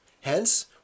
Hence